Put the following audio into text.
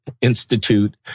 Institute